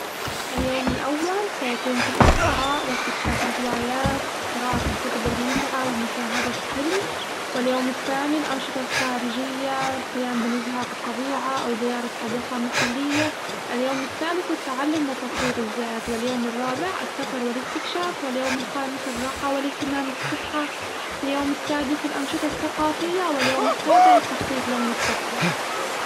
اليوم الأول سيكون في الاسترخاء واستكشاف الهوايات قراءة الكتب الممتعة ومشاهدة فيلم، واليوم الثاني الأنشطة الخارجية القيام بنزهة في الطبيعة أو زيارة حديقة محلية، اليوم الثالث للتعلم وتطوير الذات، واليوم الرابع السفر والاستكشاف واليوم الخامس الراحة والاهتمام بالصحة، في اليوم السادس الأنشطة الثقافية، واليوم السابع التخطيط للمستقبل.